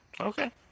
Okay